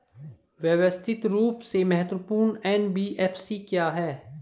व्यवस्थित रूप से महत्वपूर्ण एन.बी.एफ.सी क्या हैं?